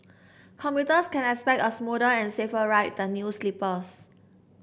commuters can expect a smoother and safer ride with the new sleepers